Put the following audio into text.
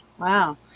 Wow